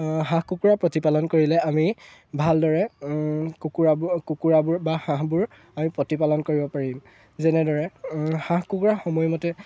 হাঁহ কুকুৰা প্ৰতিপালন কৰিলে আমি ভালদৰে কুকুৰাবোৰ কুকুৰাবোৰ বা হাঁহবোৰ আমি প্ৰতিপালন কৰিব পাৰিম যেনেদৰে হাঁহ কুকুৰা সময়মতে